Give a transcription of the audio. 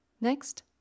Next